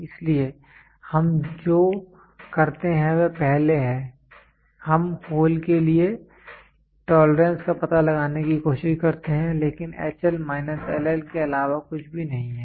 इसलिए हम जो करते हैं वह पहले है हम होल के लिए टोलरेंस का पता लगाने की कोशिश करते हैं लेकिन H L माइनस LL के अलावा कुछ भी नहीं है